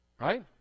Right